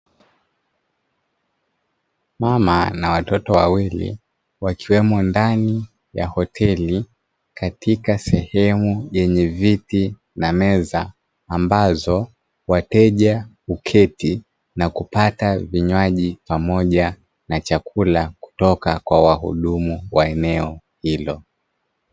Mama na watoto wawili wakiwemo ndani ya hoteli katika sehemu yenye viti na meza, ambazo wateja huketi na kupata vinywaji pamoja na chakula kutoka kwa wahudumu wa eneo hilo.